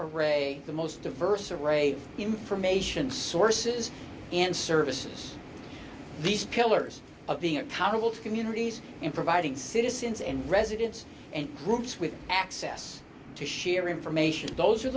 array the most diverse array information sources and services these pillars of the accountable communities in providing citizens and residents and groups with access to share information those are